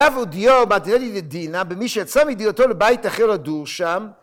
ערב עוד יום אתן לי לדינה במי שיצא מדירתו לבית אחר לדור שם